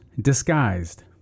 disguised